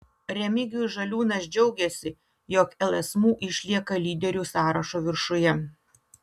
remigijus žaliūnas džiaugėsi jog lsmu išlieka lyderių sąrašo viršuje